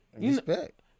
Respect